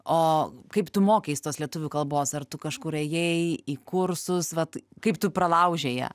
o kaip tu mokeis tos lietuvių kalbos ar tu kažkur ėjai į kursus vat kaip tu pralaužei ją